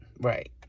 Right